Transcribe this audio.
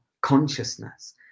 consciousness